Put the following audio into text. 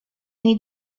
need